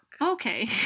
Okay